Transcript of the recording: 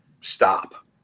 stop